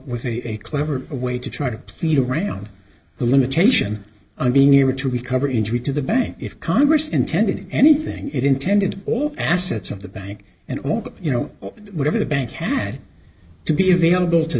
with a clever way to try to feel around the limitation on being able to recover injury to the bank if congress intended anything it intended all assets of the bank and all the you know whatever the bank had to be available to